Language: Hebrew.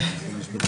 בזום.